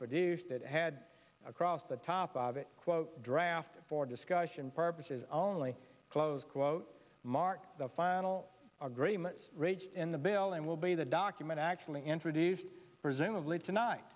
produced that had across the top of it quote drafted for discussion purposes only close quote marks the final agreements reached in the bill and will be the document actually introduced presumably tonight